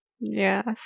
yes